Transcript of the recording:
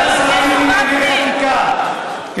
ועדת השרים לענייני חקיקה, היושב-ראש, איזה פסח?